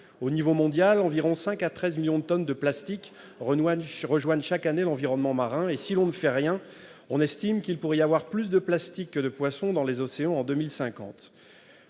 Au niveau mondial, de 5 millions à 13 millions de tonnes de plastique rejoignent chaque année l'environnement marin. Si rien n'est fait, il pourrait y avoir plus de plastique que de poissons dans les océans en 2050